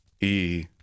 E